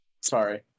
sorry